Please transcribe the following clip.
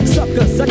Suckers